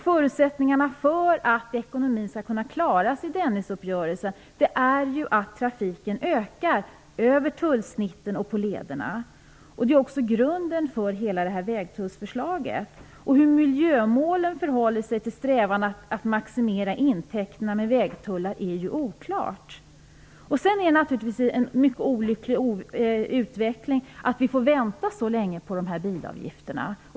Förutsättningarna för att ekonomin i Dennisuppgörelsen skall kunna klaras är ju att trafiken ökar över tullsnitten och på lederna. Det är också grunden för hela vägtullsförslaget. Hur miljömålen förhåller sig till strävan att maximera intäkterna med vägtullar är ju oklart. Det är naturligtvis också en mycket olycklig utveckling att vi får vänta så länge på bilavgifterna.